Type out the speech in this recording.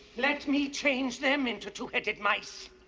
let me change them into two-headed mice.